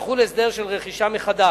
יחול הסדר של רכישה מחדש,